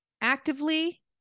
actively